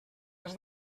has